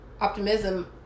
optimism